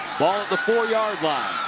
ball at the four yard line.